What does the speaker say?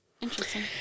Interesting